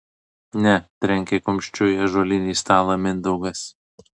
ne trenkė kumščiu į ąžuolinį stalą mindaugas